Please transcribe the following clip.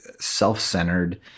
self-centered